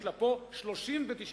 יש לה פה 39 חייזרים